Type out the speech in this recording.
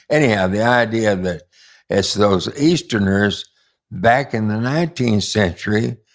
anyhow, the idea that it's those easterners back in the nineteenth century,